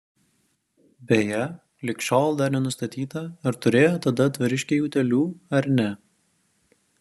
beje lig šiol dar nenustatyta ar turėjo tada dvariškiai utėlių ar ne